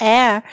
Air